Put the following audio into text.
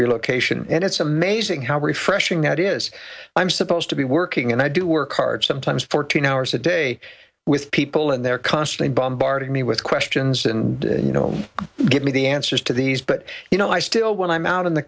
strategic location and it's amazing how refreshing that is i'm supposed to be working and i do work hard sometimes fourteen hours a day with people and they're constantly bombarded me with questions and you know give me the answers to these but you know i still when i'm out in the